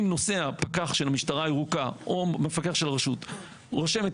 אם נוסע כך שלמשטרה הירוקה או מפקח של הרשות רושם את